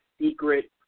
secret